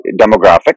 demographic